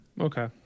Okay